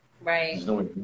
Right